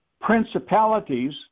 Principalities